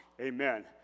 Amen